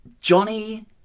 Johnny